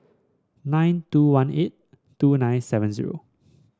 nine two one eight two nine seven zero